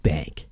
Bank